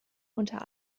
unter